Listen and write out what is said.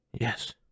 Yes